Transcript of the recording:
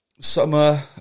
summer